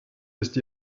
ist